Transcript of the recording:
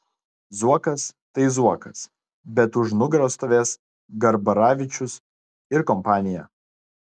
zuokas tai zuokas bet už nugaros stovės garbaravičius ir kompanija